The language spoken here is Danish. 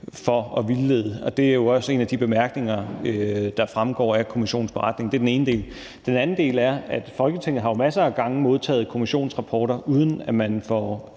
for at vildlede. Det er jo også en af de bemærkninger, der fremgår af kommissionens beretning. Det er den ene del. Den anden del er, at Folketinget jo masser af gange har modtaget kommissionsrapporter, uden at man har